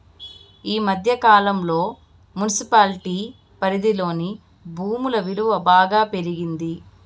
ఈ మధ్య కాలంలో మున్సిపాలిటీ పరిధిలోని భూముల విలువ బాగా పెరిగింది